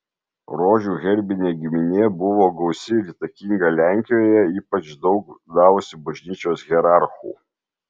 rožių herbinė giminė buvo gausi ir įtakinga lenkijoje ypač daug davusi bažnyčios hierarchų